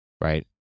right